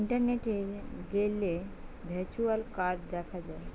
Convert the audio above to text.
ইন্টারনেটে গ্যালে virtual card দেখা যায়